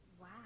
Wow